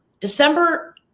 December